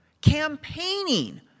campaigning